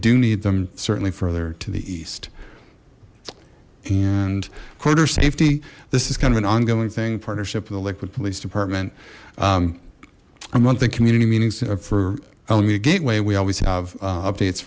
do need them certainly further to the east and quarter safety this is kind of an ongoing thing partnership with a liquid police department i want the community meetings for a gateway we always have updates